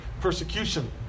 persecution